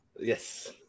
Yes